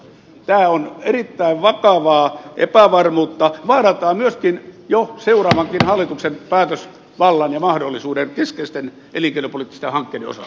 tämä on erittäin vakavaa epävarmuutta vaarantaa myöskin jo seuraavan hallituksen päätösvallan ja mahdollisuuden keskeisten elinkeinopoliittisten hankkeiden osalta